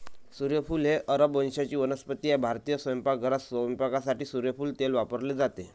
सूर्यफूल ही अरब वंशाची वनस्पती आहे भारतीय स्वयंपाकघरात स्वयंपाकासाठी सूर्यफूल तेल वापरले जाते